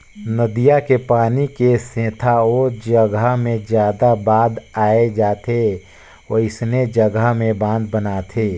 नदिया के पानी के सेथा ओ जघा मे जादा बाद आए जाथे वोइसने जघा में बांध बनाथे